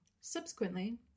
Subsequently